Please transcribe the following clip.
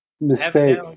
Mistake